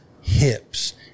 hips